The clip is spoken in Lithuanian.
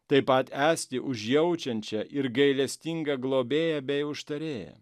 taip pat esti užjaučiančia ir gailestinga globėja bei užtarėja